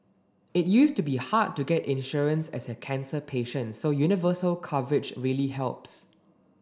it used to be hard to get insurance as a cancer patient so universal coverage really helps